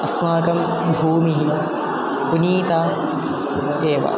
अस्माकं भूमिः पुनिता एव